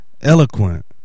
eloquent